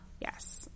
Yes